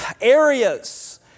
areas